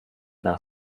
nach